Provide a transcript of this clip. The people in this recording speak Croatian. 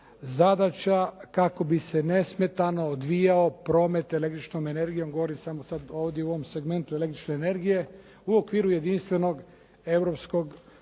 zadaća kako bi se nesmetano odvijao promet električnom energijom. Govorim samo sad ovdje u ovom segmentu električne energije u okviru jedinstvenog europskog